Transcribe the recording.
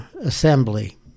assembly